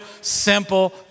simple